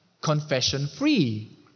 confession-free